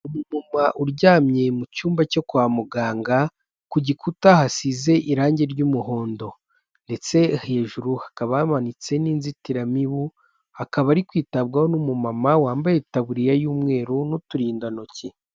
Umumama uryamye mu cyumba cyo kwa muganga ku gikuta hasize irangi ry'umuhondo, ndetse hejuru hakaba hamanitse n'inzitiramibu hakaba ari kwitabwaho n'umumama wambaye tabuririya y'umweru n'uturindantoki.